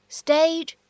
stage